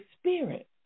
spirit